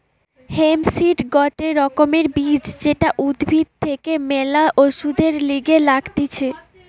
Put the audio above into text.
hemp seed গটে রকমের বীজ যেটা উদ্ভিদ থেকে ম্যালা ওষুধের লিগে লাগতিছে